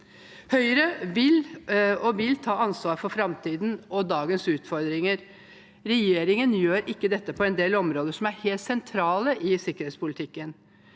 Høyre vil ta ansvar for framtiden og dagens utfordringer. Regjeringen gjør ikke dette på en del områder som er helt sentrale i sikkerhetspolitikken,